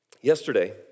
Yesterday